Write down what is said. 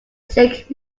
sick